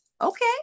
okay